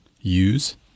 use